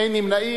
אין נמנעים.